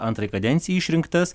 antrai kadencijai išrinktas